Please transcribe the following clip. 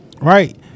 Right